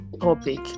topic